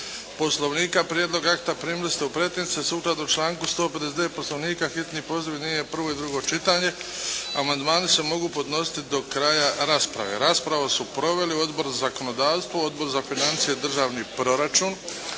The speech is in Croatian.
Poslovnika. Prijedlog akta primili ste u pretince. Sukladno članku 159. Poslovnika, hitni postupak objedinjuje prvo i drugo čitanje. Amandmani se mogu podnositi do kraja rasprave. Raspravu su proveli Odbor za zakonodavstvo, Odbor za financije i državni proračun,